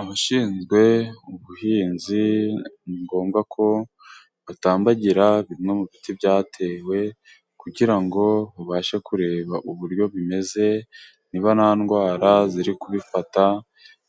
Abashinzwe ubuhinzi ni ngombwa ko batambagira bimwe mu biti byatewe, kugira ngo babashe kureba uburyo bimeze niba nta ndwara ziri kubifata,